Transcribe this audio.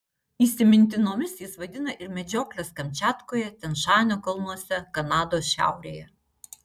įsimintinomis jis vadina ir medžiokles kamčiatkoje tian šanio kalnuose kanados šiaurėje